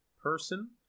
person